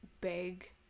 big